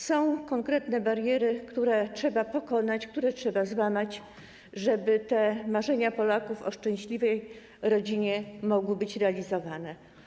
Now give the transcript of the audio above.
Są konkretne bariery, które trzeba pokonać, które trzeba złamać, żeby marzenia Polaków o szczęśliwej rodzinie mogły być realizowane.